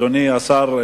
אדוני השר,